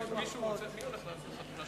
אל תדאג.